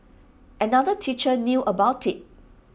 another teacher knew about IT